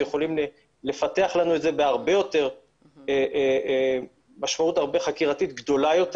שיכולים לפתח לנו את זה במשמעות חקירתית גדולה יותר.